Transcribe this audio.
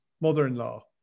mother-in-law